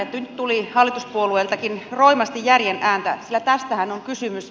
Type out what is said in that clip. nyt tuli hallituspuolueiltakin roimasti järjen ääntä sillä tästähän on kysymys